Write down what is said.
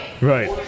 Right